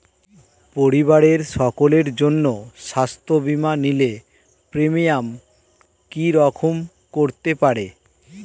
পরিবারের সকলের জন্য স্বাস্থ্য বীমা নিলে প্রিমিয়াম কি রকম করতে পারে?